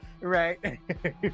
Right